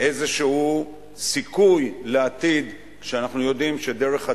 איזשהו סיכוי לעתיד, כשאנחנו יודעים שדרך הצבא,